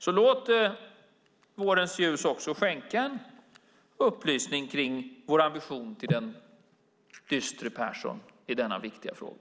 Låt vårens ljus också skänka en upplysning kring vår ambition till den dystre Persson i denna viktiga fråga.